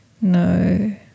No